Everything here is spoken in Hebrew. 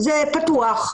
זה פתוח.